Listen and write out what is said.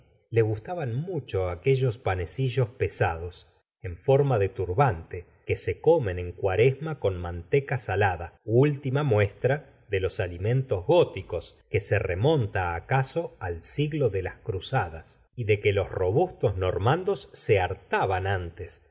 le gustaban mucho aquellos panecillos pesados en forma de turbante que se comen en cuaresma con manteca salada última muestra de los alimentos góticos que se remonta aeaso al siglo de las cruzadas y de que los robustos normandos se hartaban antes